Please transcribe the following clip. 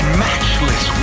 matchless